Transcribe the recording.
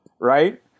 right